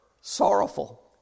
sorrowful